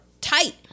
tight